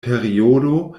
periodo